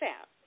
out